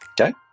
Okay